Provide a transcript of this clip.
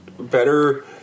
better